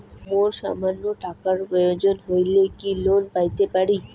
মোর সামান্য টাকার প্রয়োজন হইলে কি লোন পাইতে পারি?